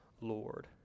lord